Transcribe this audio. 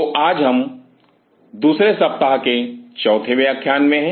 तो आज हम दूसरे सप्ताह के चौथे व्याख्यान में हैं